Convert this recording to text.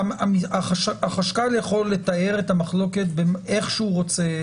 החשכ"ל יכול לתאר את המחלוקת איך שהוא רוצה.